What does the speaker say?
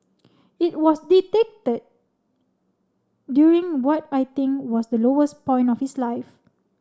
it was dictated during what I think was the lowest point of his life